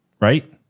Right